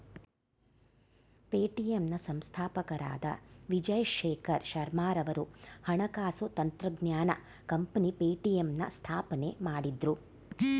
Paytm ನ ಸಂಸ್ಥಾಪಕರಾದ ವಿಜಯ್ ಶೇಖರ್ ಶರ್ಮಾರವರು ಹಣಕಾಸು ತಂತ್ರಜ್ಞಾನ ಕಂಪನಿ ಪೇಟಿಎಂನ ಸ್ಥಾಪನೆ ಮಾಡಿದ್ರು